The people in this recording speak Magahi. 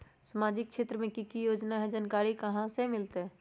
सामाजिक क्षेत्र मे कि की योजना है जानकारी कहाँ से मिलतै?